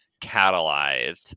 catalyzed